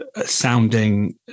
sounding